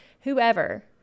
whoever